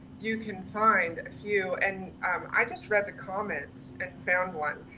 you can find a few and i just read the comments and found one,